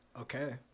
Okay